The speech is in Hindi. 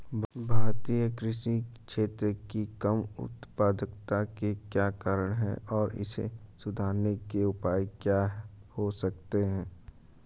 भारतीय कृषि क्षेत्र की कम उत्पादकता के क्या कारण हैं और इसे सुधारने के उपाय क्या हो सकते हैं?